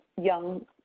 young